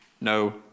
no